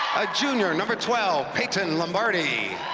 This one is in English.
ah junior number twelve, payton lombardi